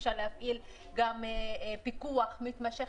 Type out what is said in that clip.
אפשר להפעיל גם פיקוח מתמשך,